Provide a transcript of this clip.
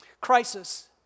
Crisis